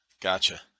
Gotcha